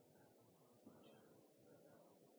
etter ulykka i